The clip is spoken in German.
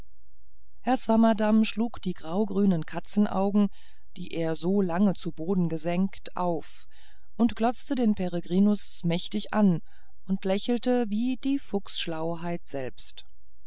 herr swammerdamm schlug die graugrünen katzenaugen die er so lange zu boden gesenkt auf glotzte den peregrinus mächtig an und lächelte wie die fuchsschlauheit selbst